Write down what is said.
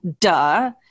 duh